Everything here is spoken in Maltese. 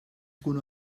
tkun